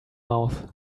mouth